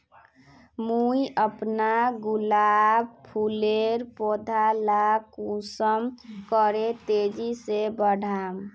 मुई अपना गुलाब फूलेर पौधा ला कुंसम करे तेजी से बढ़ाम?